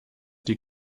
die